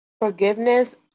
Forgiveness